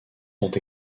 sont